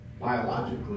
biologically